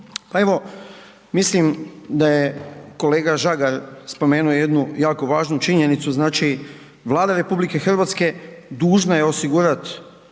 evo, mislim da je kolega Žagar spomenuo jednu jako važnu činjenicu, znači Vlada RH dužna je osigurat